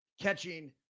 catching